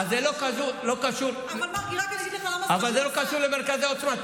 אז זה לא קשור למרכז העוצמה.